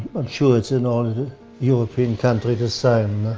i'm sure it's in all the european countries the same.